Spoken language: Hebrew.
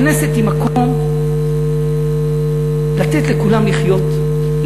הכנסת היא מקום לתת לכולם לחיות,